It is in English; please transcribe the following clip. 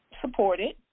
supported